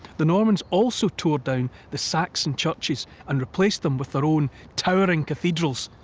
the normans also tore down the saxon churches and replaced them with their own towering cathedrals,